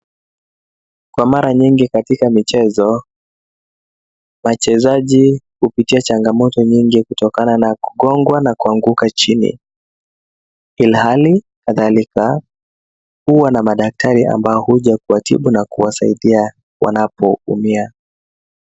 Kwa mara nyingi katika michezo, wachezaji hupitia changamoto nyingi kutokana na kugongwa na kuanguka chini ilhali kadhalika huwa na madaktari ambao huja kuwatibu na kuwasaidia wanapoumia.